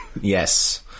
Yes